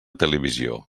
televisió